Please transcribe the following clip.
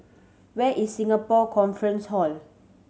where is Singapore Conference Hall